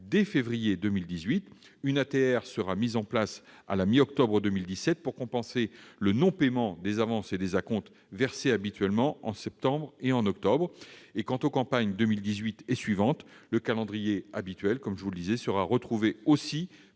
trésorerie remboursable sera mise en place à la mi-octobre 2017 pour « compenser » le non-paiement des avances et des acomptes versés habituellement en septembre et en octobre. Quant aux campagnes 2018 et suivantes, le calendrier « habituel » sera retrouvé aussi